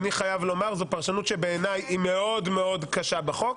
אני חייב שבעיניי זו פרשנות שהיא מאוד מאוד קשה בחוק.